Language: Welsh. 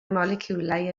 moleciwlau